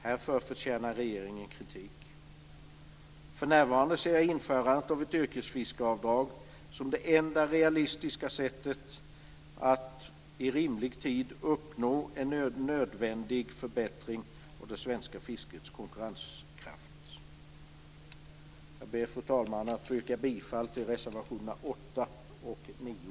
Härför förtjänar regeringen kritik. För närvarande ser jag införandet av ett yrkesfiskeavdrag som det enda realistiska sättet att i rimlig tid uppnå en nödvändig förbättring av det svenska fiskets konkurrenskraft. Fru talman! Jag ber att få yrka bifall till reservationerna 8 och 9.